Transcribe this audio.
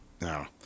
no